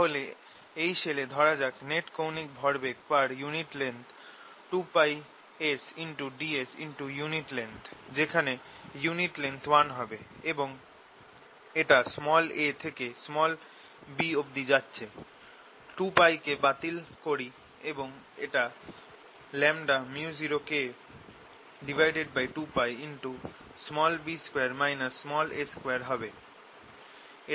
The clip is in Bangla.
তাহলে এই শেলে ধরা যাক নেট কৌণিক ভরবেগ per unit length 2πsdsunit length যেখানে unit length 1 হবে এবং এটা a থেকে b যাচ্ছে 2π কে বাতিল করি এবং এটা µ0K2π হবে